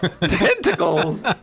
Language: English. Tentacles